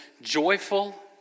joyful